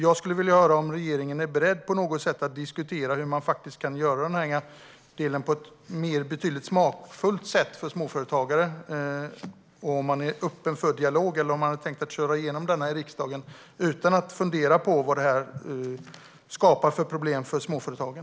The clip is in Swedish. Jag skulle vilja veta om regeringen är beredd att diskutera hur man kan göra det hela på ett betydligt mer smakfullt sätt för småföretagarna och om man är öppen för dialog eller om man tänker köra igenom detta i riksdagen utan att fundera på vad det skapar för problem för småföretagen.